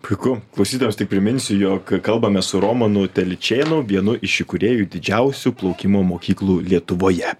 puiku klausytojams tik priminsiu jog kalbamės su romanu telyčėnu vienu iš įkūrėjų didžiausių plaukimo mokyklų lietuvoje